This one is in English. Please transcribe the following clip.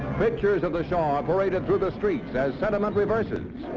pictures of the shah are paraded through the streets as sentiment reverses.